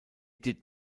did